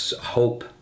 hope